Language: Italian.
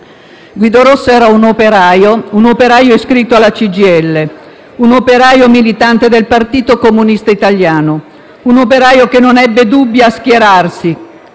Guido Rossa era un operaio iscritto alla CGIL, un operaio militante del Partito Comunista Italiano, un operaio che non ebbe dubbi a schierarsi,